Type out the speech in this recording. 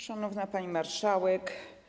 Szanowna Pani Marszałek!